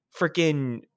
freaking